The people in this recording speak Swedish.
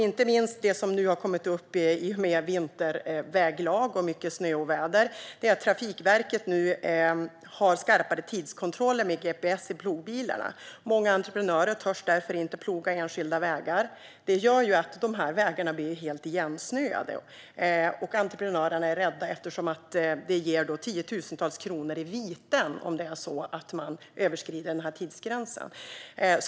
Inte minst det som har kommit upp nu i och med vinterväglag och snöoväder är att Trafikverket har skarpare tidskontroller med gps i plogbilarna. Många entreprenörer törs därför inte ploga enskilda vägar, vilket gör att vägarna blir helt igensnöade. Entreprenörerna är rädda eftersom det ger tiotusentals kronor i vite om man överskrider tidsgränsen.